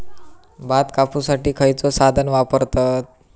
भात कापुसाठी खैयचो साधन वापरतत?